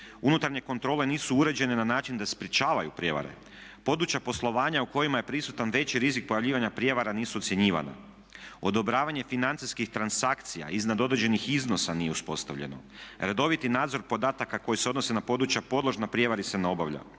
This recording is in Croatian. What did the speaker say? Unutarnje kontrole nisu uređene na način da sprječavaju prijevare. Područja poslovanja u kojima je prisutan veći rizik pojavljivanja prijevara nisu ocjenjivana. Odobravanje financijskih transakcija iznad određenih iznosa nije uspostavljeno. Redoviti nadzor podataka koji se odnose na područja podložna prijevari se ne obavlja.